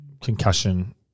Concussion